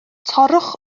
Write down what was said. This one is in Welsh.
torrwch